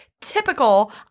typical